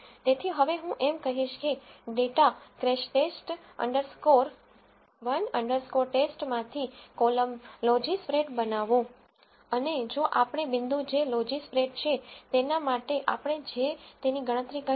તેથી હવે હું એમ કહીશ કે data crash test underscore 1 underscore ટેસ્ટcrashTest 1 TESTમાંથી કોલમ લોજીસ્પ્રેડ બનાવો અને જો આપણે બિંદુ જે લોજીસ્પ્રેડ છે તેના માટે આપણે જે તેની ગણતરી કરી છે જો તે 0